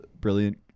brilliant